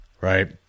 right